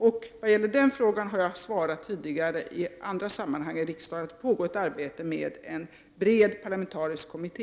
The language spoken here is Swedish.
När det gäller den frågan har jag svarat i andra sammanhang i riksdagen att det pågår ett arbete med en bred parlamentarisk kommitté.